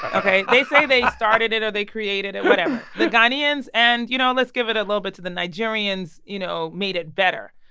ok? they say they started it or they created it whatever. the ghanaians and, you know, let's give it up a little bit to the nigerians you know, made it better.